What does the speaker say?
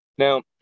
Now